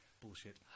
Bullshit